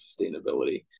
sustainability